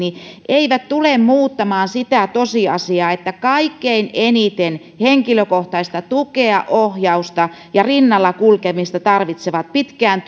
eivät tule muuttamaan sitä tosiasiaa että kaikkein eniten henkilökohtaista tukea ohjausta ja rinnalla kulkemista tarvitsevat pitkään